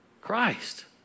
Christ